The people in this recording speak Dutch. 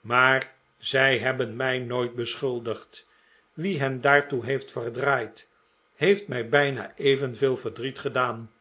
maar zij hebben mij nooit beschuldigd wie hen daartoe heeft verdraaid heeft mij bijna evenveel verdriet gedaan